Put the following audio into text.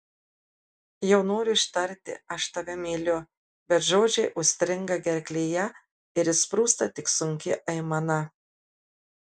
jau noriu ištarti aš tave myliu bet žodžiai užstringa gerklėje ir išsprūsta tik sunki aimana